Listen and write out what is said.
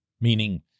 meaning